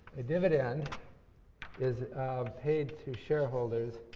a dividend is paid to shareholders